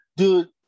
Dude